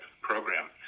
program